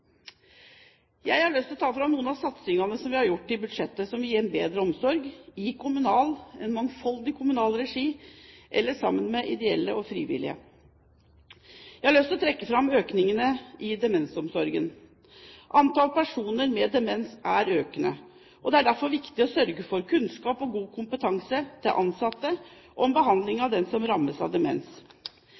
Jeg har lyst til å ta fram noen av de satsingene vi har gjort i budsjettet som vil gi en bedre omsorg, i en mangfoldig kommunal regi eller sammen med ideelle og frivillige. Jeg vil trekke fram økningene i demensomsorgen. Antall personer med demens er økende, og det er derfor viktig å sørge for kunnskap og god kompetanse til ansatte om behandling av dem som rammes av demens.